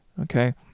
okay